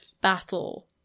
battle